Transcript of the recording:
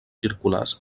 circulars